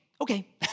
okay